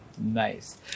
Nice